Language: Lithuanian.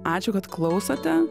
ačiū kad klausote